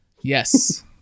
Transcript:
Yes